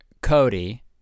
Cody